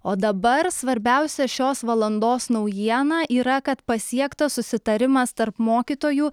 o dabar svarbiausia šios valandos naujiena yra kad pasiektas susitarimas tarp mokytojų